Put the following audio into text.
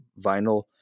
vinyl